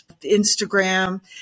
Instagram